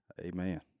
Amen